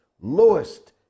lowest